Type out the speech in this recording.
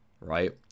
right